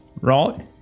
right